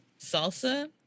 salsa